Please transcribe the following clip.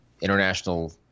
international